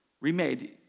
remade